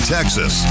Texas